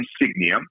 insignia